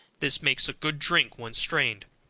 this makes a good drink when strained.